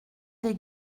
des